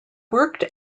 worked